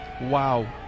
Wow